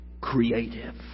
Creative